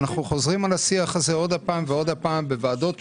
אנחנו חוזרים על השיח הזה עוד פעם ועוד פעם בוועדות שונות.